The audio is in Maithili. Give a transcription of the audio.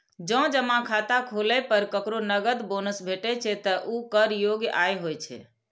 जौं जमा खाता खोलै पर केकरो नकद बोनस भेटै छै, ते ऊ कर योग्य आय होइ छै